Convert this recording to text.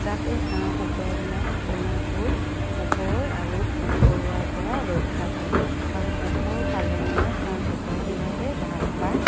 যাতে হাঁহ কুকুৰাবিলাক ধুনীয়াকৈ পোহৰ আৰু পোক পৰুৱাৰ পৰা ৰক্ষা পৰে আৰু পোহৰ পালে মানে হাঁহ কুকৰাবিলাকে ভাল পায়